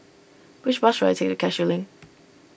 which bus should I take to Cashew Link